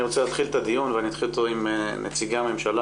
אני רוצה להתחיל את הדיון ואני אתחיל אותו עם נציגי הממשלה